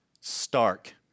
stark